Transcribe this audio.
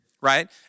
right